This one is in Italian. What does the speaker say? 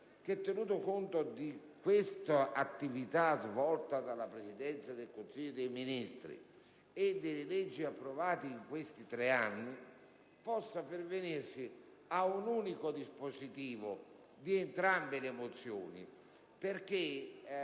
che, tenuto conto dell'attività svolta dalla Presidenza del Consiglio dei ministri e delle leggi approvate in questi tre anni, possa pervenirsi a un unico dispositivo che recepisca